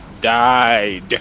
died